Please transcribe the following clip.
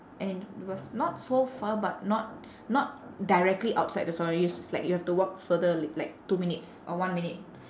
and it was not so far but not not directly outside the salon it's like you have to walk further l~ like two minutes or one minute